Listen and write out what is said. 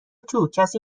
توکسی